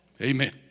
Amen